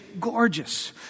gorgeous